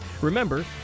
Remember